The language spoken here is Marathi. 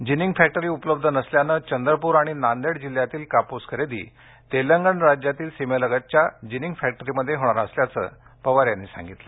जिनिंग फॅक्टरी उपलब्ध नसल्याने चंद्रपूर आणि नांदेड जिल्ह्यातील कापूस खरेदी तेलंगण राज्यातील सीमेलगतच्या जिनिंग फॅक्टरीमध्ये होणार असल्याच पवार यांनी सांगितलं